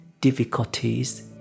difficulties